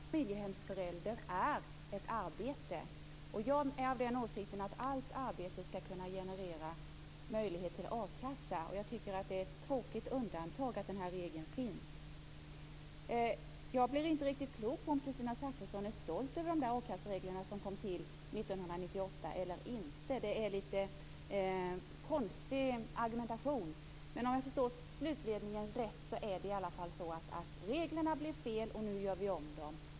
Fru talman! Jag anser att uppgiften att vara familjehemsförälder är ett arbete. Jag är av den åsikten att allt arbete skall kunna generera möjlighet till akassa. Jag tycker att det är ett tråkigt undantag att den här regeln finns. Jag blir inte riktigt klok på om Kristina Zakrisson är stolt över de a-kasseregler som kom till 1998 eller inte. Det är en lite konstig argumentation. Men om jag förstod slutledningen rätt är det i alla fall så att reglerna blev fel och nu gör vi om dem.